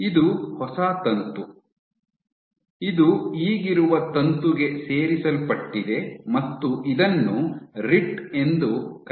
ಇದು ಹೊಸ ತಂತು ಇದು ಈಗಿರುವ ತಂತುಗೆ ಸೇರಿಸಲ್ಪಟ್ಟಿದೆ ಮತ್ತು ಇದನ್ನು ರಿಟ್ ಎಂದು ಕರೆಯಲಾಗುತ್ತದೆ